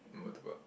Murtabak